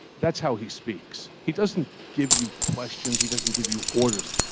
that's how he speaks. he doesn't give you questions. he doesn't give you orders.